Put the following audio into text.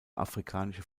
afrikanische